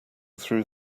through